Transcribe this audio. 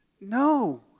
No